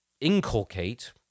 inculcate